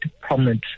prominent